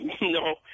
No